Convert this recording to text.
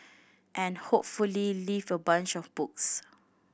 and hopefully leave with a bunch of books